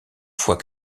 fois